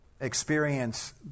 experience